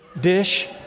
dish